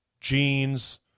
jeans